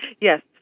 Yes